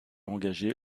engagé